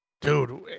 dude